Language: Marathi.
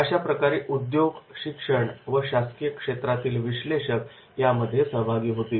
अशाप्रकारे उद्योग शिक्षण व शासकीय क्षेत्रातील विश्लेषक यामध्ये सहभागी होतील